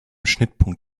schnittpunkt